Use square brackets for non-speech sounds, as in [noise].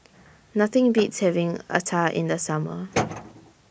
Nothing Beats [noise] having Acar in The Summer [noise]